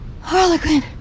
Harlequin